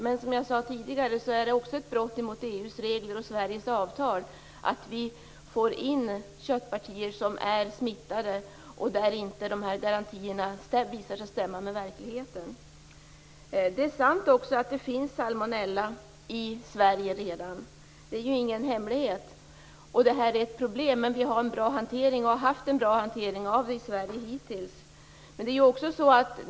Men som jag sade tidigare är det också ett brott mot EU:s regler och Sveriges avtal att vi får in köttpartier som är smittade och där garantierna visar sig inte stämma med verkligheten. Det är inte heller någon hemlighet att det redan finns salmonella i Sverige. Detta är ett problem, men vi har haft och har fortfarande en bra hantering av detta i Sverige.